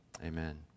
amen